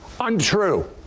untrue